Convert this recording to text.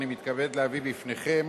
אני מתכבד להביא בפניכם